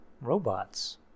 robots